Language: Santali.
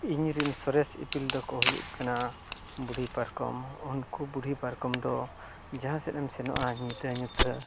ᱤᱧ ᱨᱮ ᱥᱚᱨᱮᱥ ᱤᱯᱤᱞ ᱫᱚᱠᱚ ᱦᱩᱭᱩᱜ ᱠᱟᱱᱟ ᱵᱩᱰᱷᱤ ᱯᱟᱨᱠᱚᱢ ᱩᱱᱠᱩ ᱵᱩᱰᱷᱦᱤ ᱯᱟᱨᱠᱚᱢ ᱫᱚ ᱡᱟᱦᱟᱸ ᱥᱮᱫ ᱮᱢ ᱥᱮᱱᱚᱜᱼᱟ ᱧᱤᱫᱟᱹ ᱧᱩᱛᱟᱹ